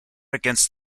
against